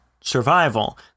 survival